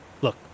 Look